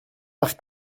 par